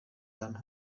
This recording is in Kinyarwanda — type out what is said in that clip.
ahantu